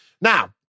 Now